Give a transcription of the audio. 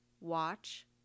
watch